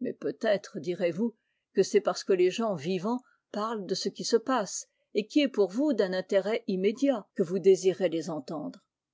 mais peut-être direz-vous que c'est parce que les gens vivants parlent de ce qui se passe et qui est pour vous d'un intérêt immédiat que vous désirez les entendre